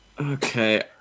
Okay